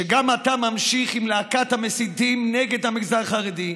שגם אתה ממשיך עם להקת המסיתים נגד המגזר החרדי.